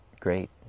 great